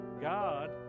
God